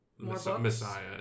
Messiah